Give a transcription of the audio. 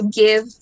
give